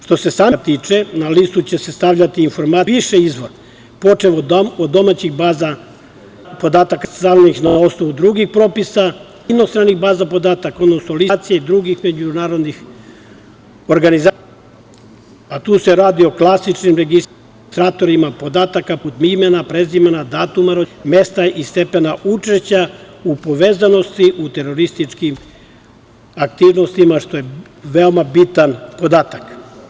Što se samih podataka tiče, na listu će se stavljati i informacije prikupljene iz više izvora, počev od domaćih baza podataka na osnovu drugih propisa, ali i inostranih baza podataka, odnosno lista Ujedinjenih nacija i drugih međunarodnih organizacija, a tu se radi o klasičnim registratorima podataka, poput imena, prezimena, datuma rođenja, mesta i stepena učešća u povezanosti u terorističkim aktivnostima, što je veoma bitan podatak.